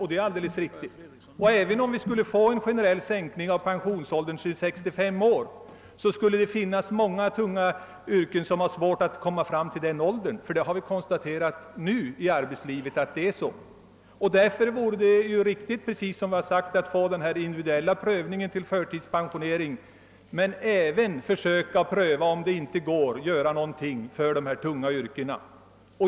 Detta är fallet även om det blev en generell sänkning av pensionsåldern till 65 år. Det har vi kunnat konstatera inom arbetslivet. Därför vore det riktigt med en individuell prövning av frågan om förtidspensionering, men man borde även pröva om det inte gick att generellt göra något för människor inom tunga yrken.